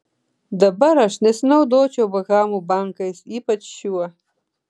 dabar aš nesinaudočiau bahamų bankais ypač šiuo